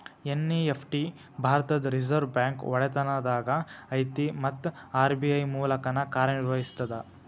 NEFT ಭಾರತದ್ reserve bank ಒಡೆತನದಾಗ ಐತಿ ಮತ್ತ ಆರ್.ಬಿ.ಐ ಮೂಲಕನ ಕಾರ್ಯನಿರ್ವಹಿಸ್ತದ